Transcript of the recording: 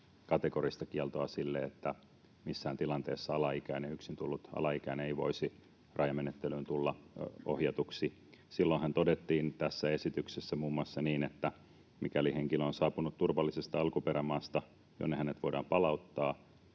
kategorista kieltoa sille, että yksin tullut alaikäinen voisi jossain tilanteessa tulla ohjatuksi rajamenettelyyn. Silloinhan todettiin tässä esityksessä muun muassa niin, että mikäli henkilö on saapunut turvallisesta alkuperämaasta, jonne hänet voidaan palauttaa